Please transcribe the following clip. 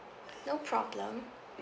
no problem